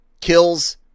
kills